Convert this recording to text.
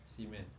cement